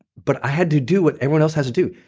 but i had to do what everyone else had to do.